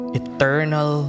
eternal